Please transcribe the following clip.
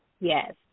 Yes